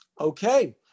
Okay